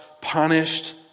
punished